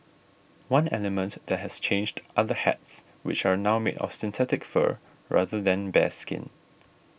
one element that has changed are the hats which are now made of synthetic fur rather than bearskin